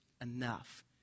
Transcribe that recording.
enough